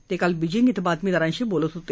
ते काल बिर्जींग इथं बातमीदारांशी बोलत होते